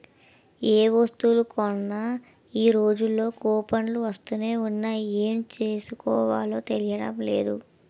ఏ వస్తువులు కొన్నా ఈ రోజుల్లో కూపన్లు వస్తునే ఉన్నాయి ఏం చేసుకోవాలో తెలియడం లేదు